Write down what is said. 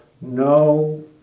no